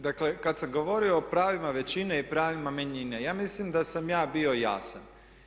Dakle, kad sam govorio o pravima većine i pravima manjine, ja mislim da sam ja bio jasan.